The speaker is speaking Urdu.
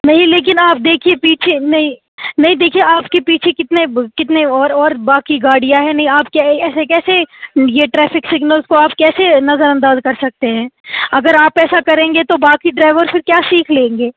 نہیں لیکن آپ دیکھیئے پیچھے نہیں نہیں دیکھیئے آپ کے پیچھے کتنے کتنے اور اور باقی گاڑیاں ہیں نہیں آپ ایسے کیسے یہ ٹریفک سگنلز کو آپ کیسے نظر انداز کر سکتے ہیں اگر آپ ایسا کریں گے تو باقی ڈرائیور پھر کیا سیکھ لیں گے